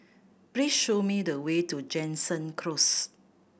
please show me the way to Jansen Close